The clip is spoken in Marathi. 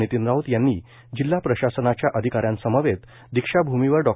नितीन राऊत यांनी जिल्हा प्रशासनाच्या अधिका यासमवेत दीक्षाभूमीवर डॉ